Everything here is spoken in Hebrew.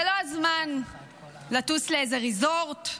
זה לא הזמן לטוס לאיזה ריזורט,